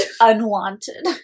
unwanted